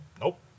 nope